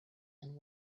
and